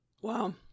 Wow